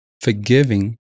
forgiving